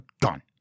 gone